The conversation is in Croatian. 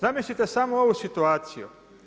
Zamislite samo ovu situaciju.